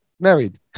Married